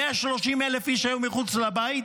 130,000 איש היו מחוץ לבית